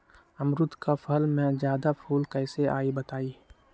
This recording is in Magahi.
अमरुद क फल म जादा फूल कईसे आई बताई?